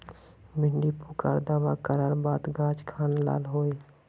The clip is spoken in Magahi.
भिन्डी पुक आर दावा करार बात गाज खान लाल होए?